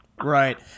Right